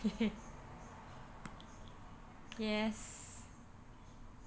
yes